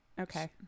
Okay